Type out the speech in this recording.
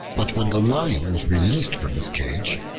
but when the lion was released from his cage,